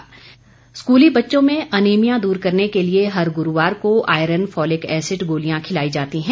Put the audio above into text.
iron गोली स्कूली बच्चों में अनीमिया दूर करने के लिए हर गुरूवार को आयरन फॉलिक एसिड गोलियां खिलाई जाती हैं